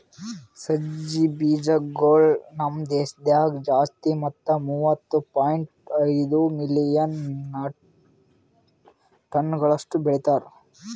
ಸಜ್ಜಿ ಬೀಜಗೊಳ್ ನಮ್ ದೇಶದಾಗ್ ಜಾಸ್ತಿ ಮತ್ತ ಮೂವತ್ತು ಪಾಯಿಂಟ್ ಐದು ಮಿಲಿಯನ್ ಟನಗೊಳಷ್ಟು ಬೆಳಿತಾರ್